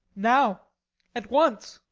now at once.